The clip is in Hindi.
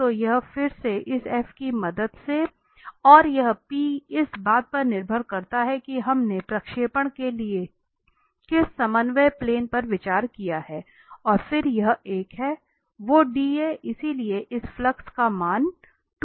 तो यह फिर से इस f की मदद से और यह इस बात पर निर्भर करता है कि हमने प्रक्षेपण के लिए किस समन्वय प्लेन पर विचार किया है और फिर यह एक है वो dA इसलिए इस फ्लक्स का मान 2 है